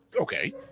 okay